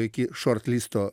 iki šortlisto